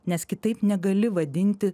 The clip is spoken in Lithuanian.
nes kitaip negali vadinti